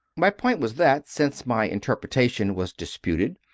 my point was that, since my interpretation was disputed,